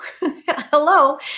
hello